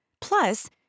Plus